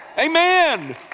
Amen